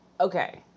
Okay